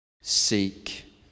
seek